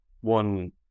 one